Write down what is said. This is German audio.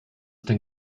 denn